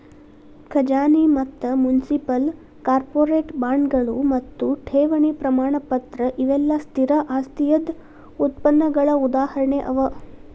ಖಜಾನಿ ಮತ್ತ municipal, corporate ಬಾಂಡ್ಗಳು ಮತ್ತು ಠೇವಣಿ ಪ್ರಮಾಣಪತ್ರ ಇವೆಲ್ಲಾ ಸ್ಥಿರ ಆದಾಯದ್ ಉತ್ಪನ್ನಗಳ ಉದಾಹರಣೆ ಅವ